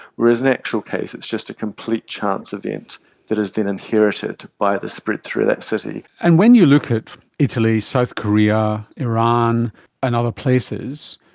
whereas in actual case it's just a complete chance event that is then inherited by the spread through that city. and when you look at italy, south korea, iran and other places,